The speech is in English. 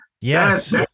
yes